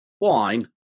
Wine